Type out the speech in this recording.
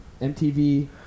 MTV